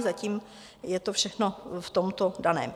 Zatím je to všechno v tomto daném.